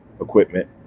equipment